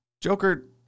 Joker